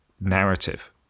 narrative